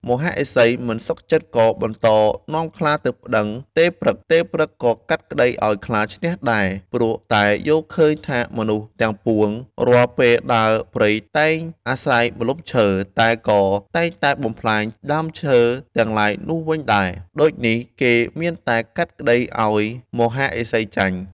មហាឫសីមិនសុខចិត្តក៏បន្តនាំខ្លាទៅប្តឹងទេព្រឹក្ស ទេព្រឹក្សក៏កាត់ក្តីឱ្យខ្លាឈ្នះដែរ ព្រោះតែយល់ឃើញថាមនុស្សទាំងពួងរាល់ពេលដើរព្រៃតែងអាស្រ័យម្លប់ឈើ តែក៏តែតែងបំផ្លាញដើមឈើទាំងឡាយនោះវិញដែរ ដូចនេះគឺមានតែកាត់ក្តីឱ្យមហាឫសីចាញ់។